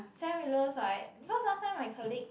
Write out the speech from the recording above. Sam Willows [right] cause last time my colleague